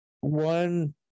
One